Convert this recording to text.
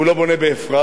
הוא לא בונה באפרת,